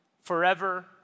forever